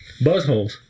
BuzzHoles